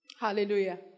Hallelujah